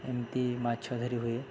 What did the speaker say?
ଏମିତି ମାଛ ଧରି ହୁଏ